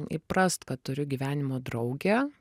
įprast kad turiu gyvenimo draugę